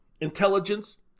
intelligence